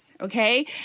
okay